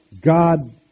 God